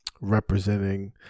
representing